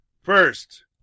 First